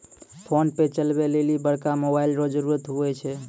PhonePe चलबै लेली बड़का मोबाइल रो जरुरत हुवै छै